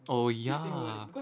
oh ya